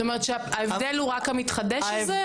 זאת אומרת שההבדל הוא רק המתחדש הזה,